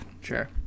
Sure